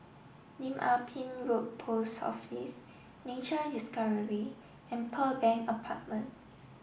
Lim Ah Pin Road Post Office Nature Discovery and Pearl Bank Apartment